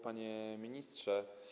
Panie Ministrze!